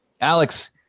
Alex